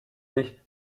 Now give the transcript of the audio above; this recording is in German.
sich